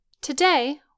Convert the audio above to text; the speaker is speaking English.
Today